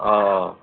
অঁ অঁ